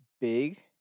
big